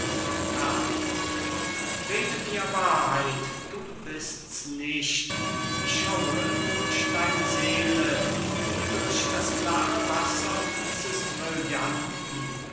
ferdinand rede mir wahrheit du bist's nicht ich schau durch deine seele wie durch das klare wasser dieses brillanten